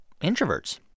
introverts